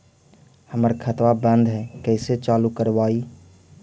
हमर खतवा बंद है कैसे चालु करवाई?